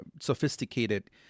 sophisticated